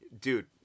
dude